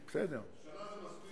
שנה זה מספיק